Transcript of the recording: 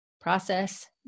process